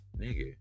nigga